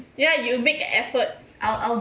ya you make effort